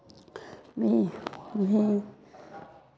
भी भी